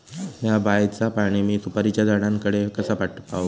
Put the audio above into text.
हया बायचा पाणी मी सुपारीच्या झाडान कडे कसा पावाव?